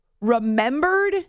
remembered